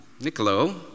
Niccolo